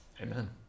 Amen